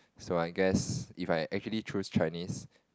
so I guess if I actually choose Chinese